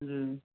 जी